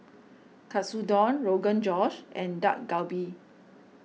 Katsudon Rogan Josh and Dak Galbi